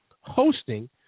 hosting –